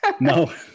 No